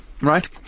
Right